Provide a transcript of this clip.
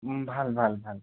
ভাল ভাল